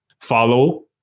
follow